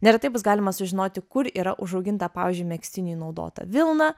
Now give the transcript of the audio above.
neretai bus galima sužinoti kur yra užauginta pavyzdžiui megztiniui naudota vilna